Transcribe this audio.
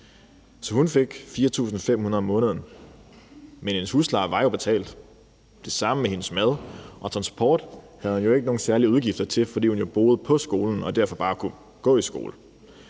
hun fik 4.500 kr. om måneden. Men hendes husleje var jo betalt, det samme med hendes mad, og transport havde hun jo ikke nogen særlige udgifter til, fordi hun jo boede på skolen og derfor bare kunne gå i skole.